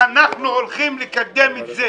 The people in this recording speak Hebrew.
אנחנו הולכים לקדם את זה.